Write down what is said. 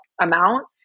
amount